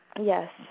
Yes